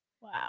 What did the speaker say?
Wow